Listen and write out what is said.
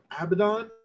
Abaddon